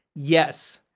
yes,